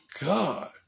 God